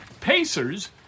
Pacers